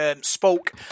Spoke